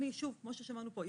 כמו ששמענו פה,